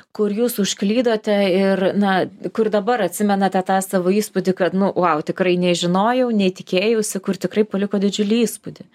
kur jūs užklydote ir na kur dabar atsimenate tą savo įspūdį kad nu vau tikrai nežinojau nei tikėjausi kur tikrai paliko didžiulį įspūdį